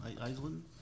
Iceland